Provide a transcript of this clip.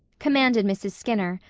commanded mrs. skinner,